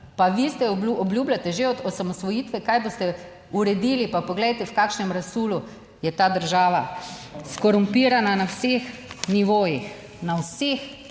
Pa vi ste, obljubljate že od osamosvojitve kaj boste uredili, pa poglejte v kakšnem razsulu je ta država, skorumpirana na vseh nivojih. Na vseh